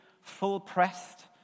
full-pressed